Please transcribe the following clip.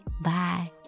bye